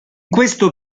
questo